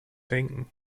denken